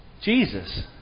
Jesus